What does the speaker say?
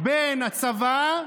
בין הצבא,